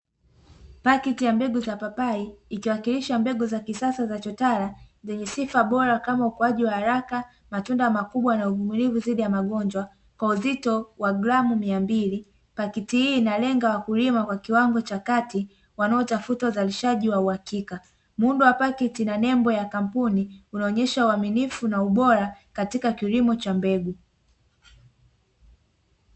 Pakiti ya mbegu za papai ikishawakilisha mbegu za kisasa za chotara zenye sifa bora kama ukuaji wa haraka, matunda makubwa, na uvumilivu dhidi ya magonjwa kwa uzito wa gramu miambili, pakiti hii inalenga wakulima kwa kiwango cha kati wanaotafuta uzalishaji wa uhakika. Muundo wa pakiti na nembo ya kampuni unaonyesha uaminifu na ubora katika kilimo cha mbegu.